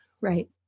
Right